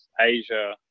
Asia